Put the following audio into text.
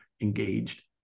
engaged